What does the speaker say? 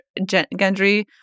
Gendry